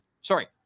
Sorry